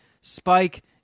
spike